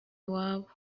iwabo